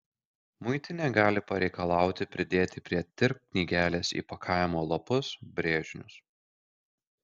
muitinė gali pareikalauti pridėti prie tir knygelės įpakavimo lapus brėžinius